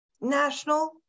national